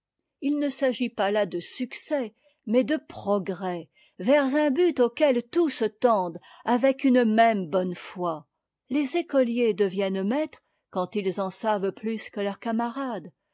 il ne s'agit pas là de succès mais de progrès vers un but auquel tous tendent avec une même bonne foi les écoliers deviennent maîtres quand ils en savent plus que leurs camarades